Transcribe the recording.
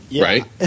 right